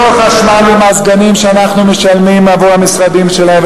לא לחשמל ולמזגנים שאנחנו משלמים עבור המשרדים שלהם,